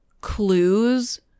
clues